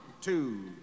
Two